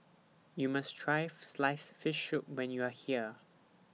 YOU must Try Sliced Fish Soup when YOU Are here